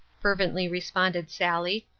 fervently responded sally,